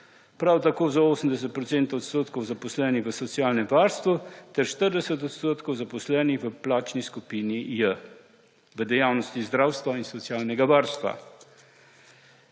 prav tako za 80 % zaposlenih v socialnem varstvu ter 40 % zaposlenih v plačni skupini J v dejavnosti zdravstva in socialnega varstva.